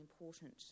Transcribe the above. important